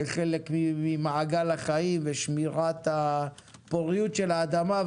כחלק ממעגל החיים ושמירת הפוריות של האדמה,